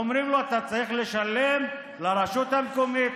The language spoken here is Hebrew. לא מדובר על מס,